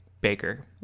baker